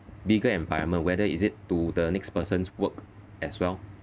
bigger environment whether is it to the next person's work as well